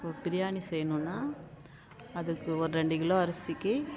இப்போ பிரியாணி செய்யணும்னா அதுக்கு ஒரு ரெண்டு கிலோ அரிசிக்கு